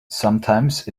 sometimes